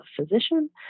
physician